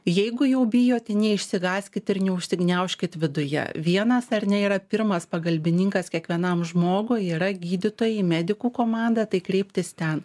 jeigu jau bijote neišsigąskit ir neužgniaužkit viduje vienas ar ne yra pirmas pagalbininkas kiekvienam žmogui yra gydytojai medikų komanda tai kreiptis ten